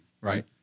right